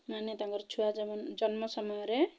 ମାନେ ତାଙ୍କର ଛୁଆ ଜନ୍ମ ସମୟରେ